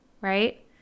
right